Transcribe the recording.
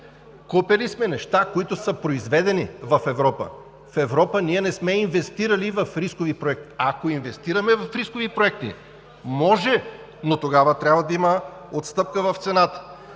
Купили сме неща, които са произведени в Европа. В Европа не сме инвестирали в рискови проекти. Ако инвестираме в рискови проекти, може, но тогава трябва да има отстъпка в цената.